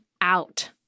out